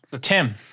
Tim